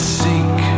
seek